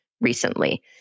recently